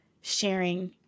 sharing